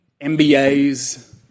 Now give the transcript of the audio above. MBAs